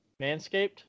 Manscaped